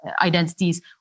identities